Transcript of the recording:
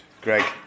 Greg